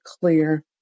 clear